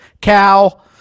cow